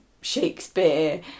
Shakespeare